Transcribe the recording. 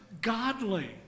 godly